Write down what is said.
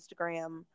Instagram